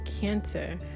cancer